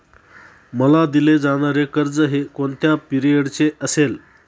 मला दिले जाणारे कर्ज हे कोणत्या पिरियडचे असेल?